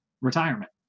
retirement